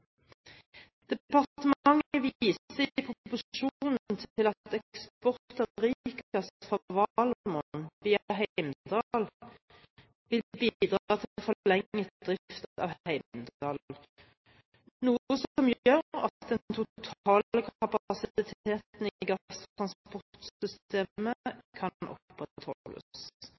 Departementet viser i proposisjonen til at eksport av rikgass fra Valemon via Heimdal vil bidra til forlenget drift av Heimdal, noe som gjør at den totale kapasiteten i gasstransportsystemet kan